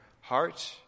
heart